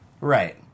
right